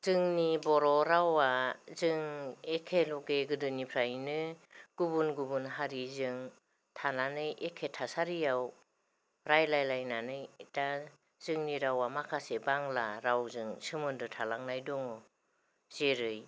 जोंनि बर' रावआ जों एखेलगे गोदोनिफ्रायनो गुबुन गुबुन हारिजों थानानै एखे थासारिआव रायज्लायलायनानै दा जोंनि रावआ माखासे बांला रावजों सोमोन्दो थालांनाय दङ' जेरै